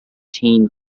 team